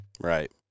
Right